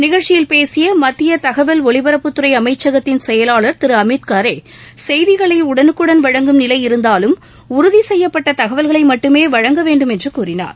நிகழ்ச்சியில் பேசிய மத்திய தகவல் ஒலிபரப்புத்துறை அமைச்சகத்தின் செயலாளர் திரு அமித் காரே செய்திகளை உடனுக்குடன் வழங்கும் நிலை இருந்தாலும் உறுதிசெய்யப்பட்ட தகவல்களை மட்டுமே வழங்கவேண்டும் என்று கூறினார்